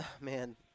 man